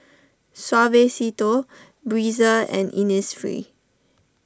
Suavecito Breezer and Innisfree